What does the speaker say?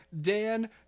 Dan